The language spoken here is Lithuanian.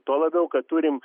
tuo labiau kad turim